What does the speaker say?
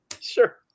sure